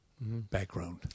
background